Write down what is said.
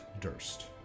Durst